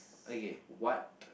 okay what